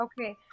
Okay